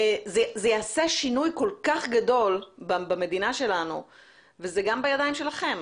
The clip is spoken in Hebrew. זה יעשה שינוי כל כך גדול במדינה שלנו וזה גם בידיים שלכם.